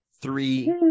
Three